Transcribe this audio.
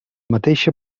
mateixa